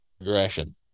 Aggression